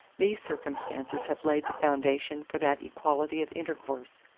these circumstances have laid the foundation for that equality of intercourse,